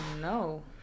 no